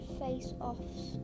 face-offs